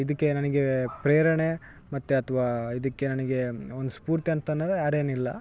ಇದಕ್ಕೆ ನನಗೇ ಪ್ರೇರಣೆ ಮತ್ತು ಅಥ್ವ ಇದಕ್ಕೆ ನನಗೆ ಒಂದು ಸ್ಪೂರ್ತಿ ಅಂತ ಅನ್ನೊದೆ ಯಾರೆನಿಲ್ಲ